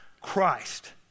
Christ